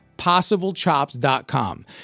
PossibleChops.com